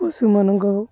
ପଶୁମାନାନଙ୍କୁ